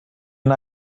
and